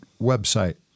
website